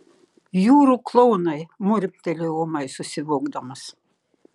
jūrų klounai murmtelėjau ūmai susivokdamas